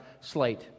slate